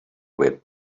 with